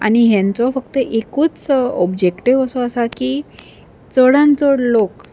आनी हेंचो फक्त एकूच ओबजेक्टीव असो आसा की चडान चड लोक